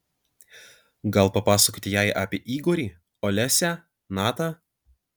gal papasakoti jai apie igorį olesią natą